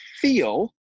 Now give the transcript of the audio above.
feel